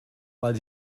weil